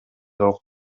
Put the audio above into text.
окуп